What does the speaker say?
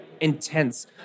intense